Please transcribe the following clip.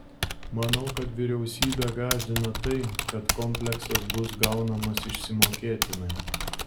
manau kad vyriausybę gąsdina tai kad kompleksas bus gaunamas išsimokėtinai